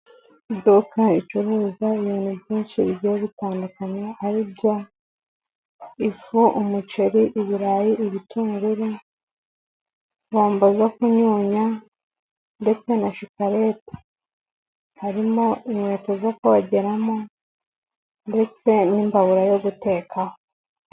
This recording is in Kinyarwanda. Iduka ricuruza ibintu byinshi bigiye gutandukanye, aribyo ifu, umuceri, ibirayi, ibitungururu, bombo, zo kunyunya ndetse na shikarete. Harimo inkweto zo kogeramo ndetse n'imbabura yo gutekaho.